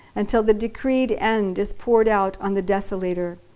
until the decreed end is poured out on the desolater.